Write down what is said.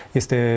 este